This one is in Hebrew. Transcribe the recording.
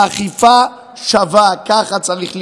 אכיפה שווה, ככה צריך להיות.